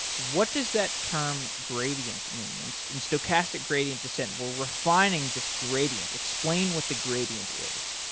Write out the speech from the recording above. what does that term gradient means. in stochastic gradient descent, we're refining this gradient. explain what the gradient is.